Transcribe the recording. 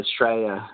Australia